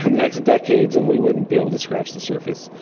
um next decades and we wouldn't be able to scratch the surface.